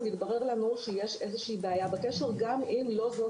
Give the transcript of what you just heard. מתברר לנו שיש איזושהי בעיה בקשר גם אם לא זו